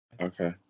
okay